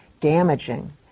damaging